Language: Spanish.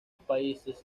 países